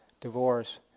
divorce